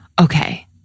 okay